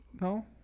No